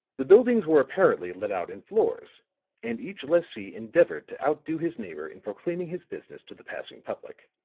the buildings were apparently let out in floors and each lessee endeavored to outdo his neighbor in proclaiming his business to the passing public.